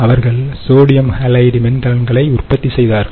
அவர்கள் sodium halide மின்கலங்களை உற்பத்தி செய்தார்கள்